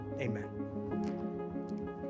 Amen